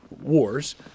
wars